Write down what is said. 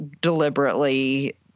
deliberately